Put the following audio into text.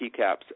keycaps